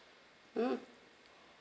mm